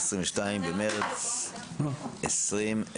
22 במרס 2023. על סדר-היום: